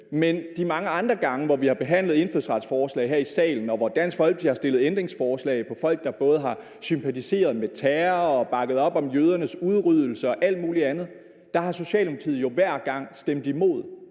Men de mange andre gange, vi har behandlet indfødsretsforslag her i salen, og hvor Dansk Folkeparti har stillet ændringsforslag vedrørende folk, der både har sympatiseret med terror og bakket op om jødernes udryddelse og alt muligt andet, har Socialdemokratiet hver gang stemt imod,